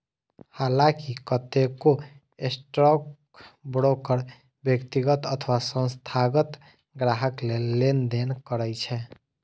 हलांकि कतेको स्टॉकब्रोकर व्यक्तिगत अथवा संस्थागत ग्राहक लेल लेनदेन करै छै